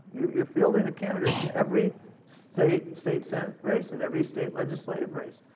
you're fielding the candidate in every state state senate race and every state legislative race.